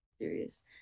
serious